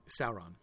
Sauron